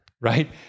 right